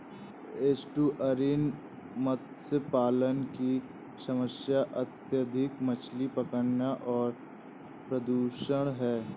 estuarine मत्स्य पालन की समस्या अत्यधिक मछली पकड़ना और प्रदूषण है